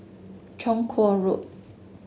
Chong Kuo Road